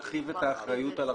אנחנו לא מחייבים תשלום שכר.